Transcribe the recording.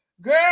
Girl